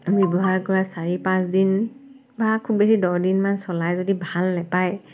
ব্যৱহাৰ কৰা চাৰি পাঁচদিন বা খুব বেছি দহ দিনমান চলাই যদি ভাল নেপায়